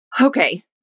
Okay